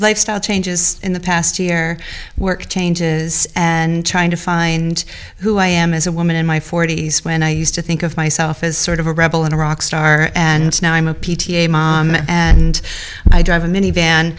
lifestyle changes in the past year worked changes and trying to find who i am as a woman in my forty's when i used to think of myself as sort of a rebel in a rock star and now i'm a p t a mom and i drive a minivan